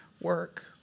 work